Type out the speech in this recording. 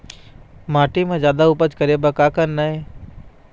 माटी म जादा उपज करे बर का करना ये?